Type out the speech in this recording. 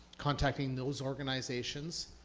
contacting those organizations,